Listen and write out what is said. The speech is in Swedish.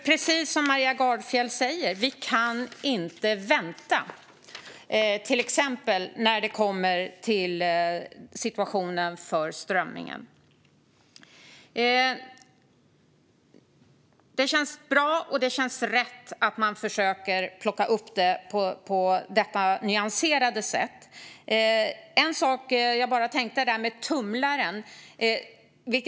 Precis som Maria Gardfjell säger kan vi inte vänta när det till exempel gäller situationen för strömmingen. Det känns bra och rätt att man försöker ta upp det på detta nyanserade sätt. Jag tänkte på en sak när det gäller tumlaren.